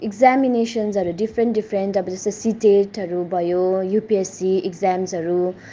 इग्जामिनेसनसहरू different different अब जस्तो सी टेटहरू भयो युपिएससी इग्जाम्सहरू